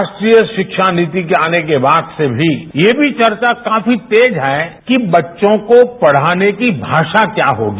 राष्ट्रीय शिक्षा नीति के आने के बाद से भी ये भी चर्चा काफी तेज है कि बच्चों को पढ़ाने की भाषा क्या होगी